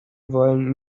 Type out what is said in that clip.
wollen